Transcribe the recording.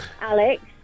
Alex